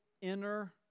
inner